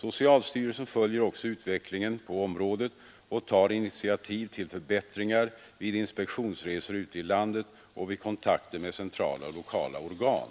Socialstyrelsen följer också utvecklingen på området och tar initiativ till förbättringar vid inspektionsresor ute i landet och vid kontakter med centrala och lokala organ.